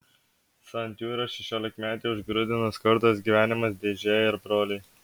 santūrią šešiolikmetę užgrūdino skurdas gyvenimas dėžėje ir broliai